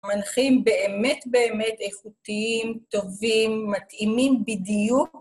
מנחים באמת באמת איכותיים, טובים, מתאימים בדיוק.